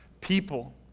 people